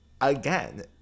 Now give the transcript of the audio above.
again